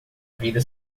vida